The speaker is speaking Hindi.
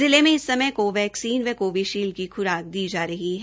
जिले में इस समय को वैक्सीन व कोविशील्ड की ख्राक दी जा रही है